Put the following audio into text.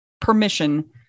permission